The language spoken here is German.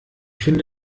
finde